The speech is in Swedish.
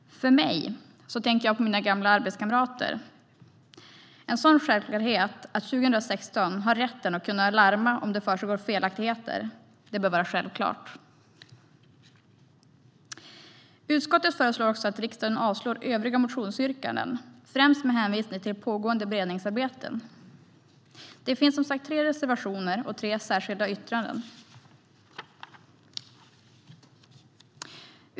Jag tänker på mina gamla arbetskamrater. Att 2016 ha rätt att kunna larma om det försiggår felaktigheter bör vara självklart. Utskottet föreslår också att utskottet avslår övriga motionsyrkanden, främst med hänvisning till pågående beredningsarbete. Det finns tre reservationer och tre särskilda yttranden.